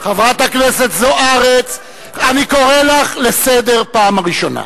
חברת הכנסת זוארץ, אני קורא לך לסדר פעם ראשונה.